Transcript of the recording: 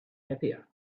happier